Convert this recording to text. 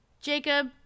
Jacob